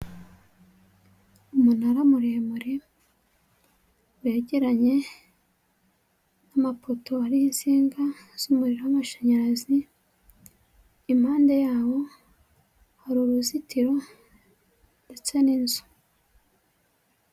Umunara muremure, wegeranye n'amapoto ariho insinga z'umuriro w'amashanyarazi, impande yawo hari uruzitiro ndetse n'inzu.